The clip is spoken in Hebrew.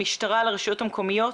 למשטרה ולרשויות המקומיות.